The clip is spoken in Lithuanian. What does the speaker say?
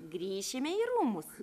grįšime į rūmus